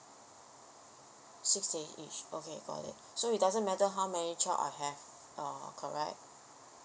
six days each okay got it so it doesn't matter how many child I have uh correct